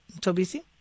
Tobisi